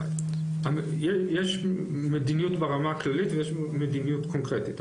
יש מדיניות ברמה הכללית ויש מדיניות קונקרטית.